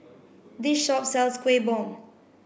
this shop sells Kuih Bom